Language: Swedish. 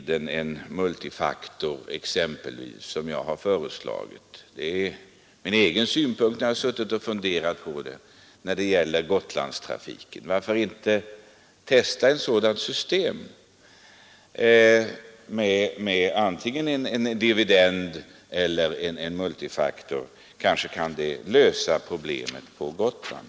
Det är min egen synpunkt; jag har kommit fram till den när jag har suttit och funderat på problemet med Gotlandstrafiken. Varför inte testa ett system med antingen en dividend eller en multiplikator? Kanske kan det lösa några problem på Gotland.